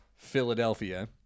philadelphia